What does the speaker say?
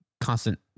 constant